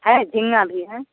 है झींगा भी है